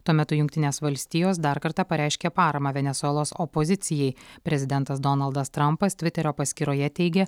tuo metu jungtinės valstijos dar kartą pareiškė paramą venesuelos opozicijai prezidentas donaldas trampas tviterio paskyroje teigia